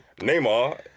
Neymar